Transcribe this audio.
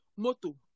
Moto